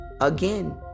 again